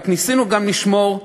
רק ניסינו גם לשמור,